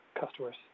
customers